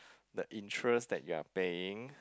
the interest that you are paying